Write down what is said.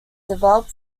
developed